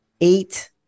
eight